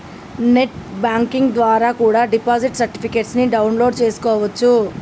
net banking ద్వారా కూడా deposit certificates ని డౌన్ లోడ్ చేస్కోవచ్చు